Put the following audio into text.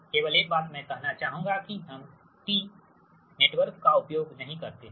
केवल एक बात मैं कहना चाहूँगा कि हम T T नेटवर्क का उपयोग नहीं करते हैं